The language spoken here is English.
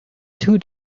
two